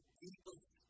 deepest